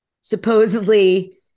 supposedly